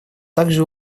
также